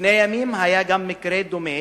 לפני ימים היה גם מקרה דומה